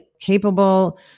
capable